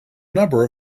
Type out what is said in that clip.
number